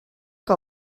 què